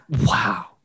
Wow